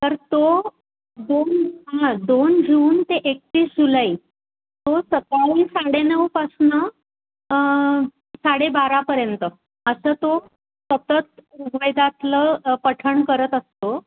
तर तो दोन हां दोन जून ते एकतीस जुलै तो सकाळी साडेनऊपासून साडेबारापर्यंत असं तो सतत ऋग्वेदातील पठण करत असतो